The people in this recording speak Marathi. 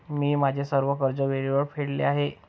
मी माझे सर्व कर्ज वेळेवर फेडले आहे